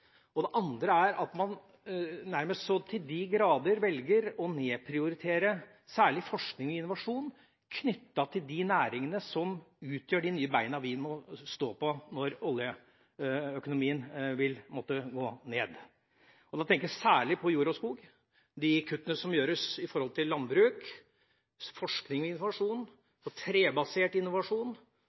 tidligere. Det andre er at man nærmest så til de grader velger å nedprioritere særlig forskning og innovasjon knyttet til de næringene som utgjør de nye bena vi må stå på, når oljeøkonomien vil måtte gå ned. Da tenker jeg særlig på jord og skog – de kuttene som gjøres innen landbruk, forskning og innovasjon, på trebasert innovasjon